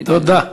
תודה.